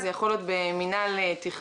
זה יכול להיות במינהל התכנון,